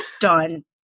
Done